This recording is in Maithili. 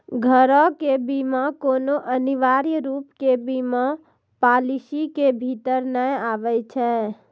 घरो के बीमा कोनो अनिवार्य रुपो के बीमा पालिसी के भीतर नै आबै छै